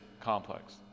complex